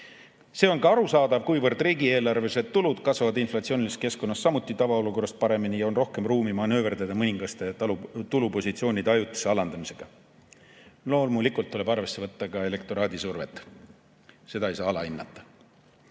See on ka arusaadav, kuna riigieelarvelised tulud kasvavad inflatsioonilises keskkonnas samuti tavaolukorrast paremini ja on rohkem ruumi manööverdada mõningaste tulupositsioonide ajutise alandamisega. Loomulikult tuleb arvesse võtta ka elektoraadi survet. Seda ei tohi alahinnata.